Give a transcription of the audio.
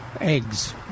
eggs